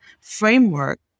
framework